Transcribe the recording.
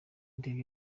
ndebye